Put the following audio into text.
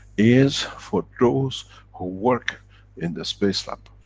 is for those who work in the space lab.